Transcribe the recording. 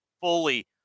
fully